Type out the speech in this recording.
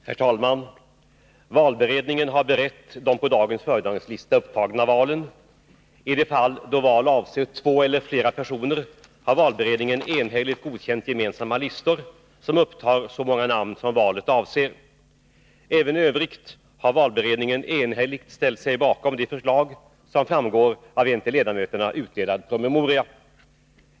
Herr talman! Valberedningen har berett de på dagens föredragningslista upptagna valen. I fall då val avser två eller flera personer har valberedningen enhälligt godkänt gemensamma listor, som upptar så många namn som valet avser. Även i övrigt har valberedningen enhälligt ställt sig bakom de förslag som framgår av en till ledamöterna utdelad promemoria.